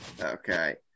Okay